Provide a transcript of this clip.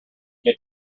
get